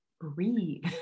breathe